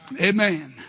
amen